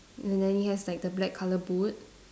and then it has like the black colour boot